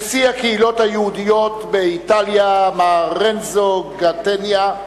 נשיא הקהילות היהודיות באיטליה, מר רנצו גטנייה,